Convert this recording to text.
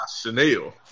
Chanel